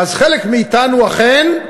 ואז חלק מאתנו, אכן,